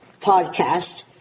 podcast